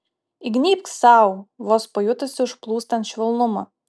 įgnybk sau vos pajutusi užplūstant švelnumą